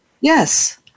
Yes